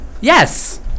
Yes